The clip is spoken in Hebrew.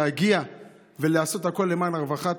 ועושה הכול על מנת להגיע ולעשות הכול למען הרווחה